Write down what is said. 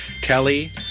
Kelly